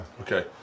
Okay